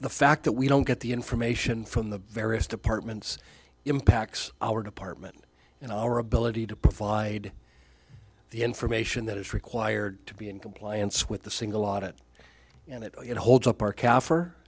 the fact that we don't get the information from the various departments impacts our department in our ability to provide the information that is required to be in compliance with the single audit and it you know holds up our c